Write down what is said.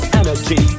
energy